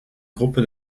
gruppe